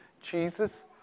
Jesus